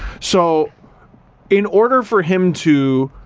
so in order for him to